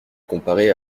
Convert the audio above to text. comparer